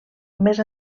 més